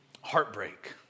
heartbreak